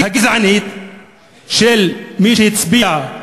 הגזענית של מי שהצביע,